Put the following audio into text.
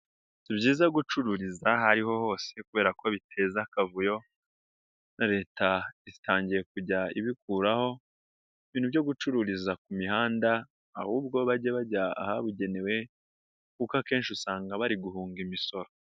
Si byiza gucururiza aho ari ho hose kubera ko biteza akavuyo, Leta itangiye kujya ibikuraho ibintu byo gucururiza ku mihanda, ahubwo bajye bajya ahabugenewe kuko akenshi usanga bari guhunga imisoro.